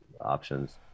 options